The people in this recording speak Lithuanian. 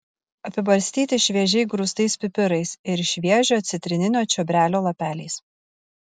apibarstyti šviežiai grūstais pipirais ir šviežio citrininio čiobrelio lapeliais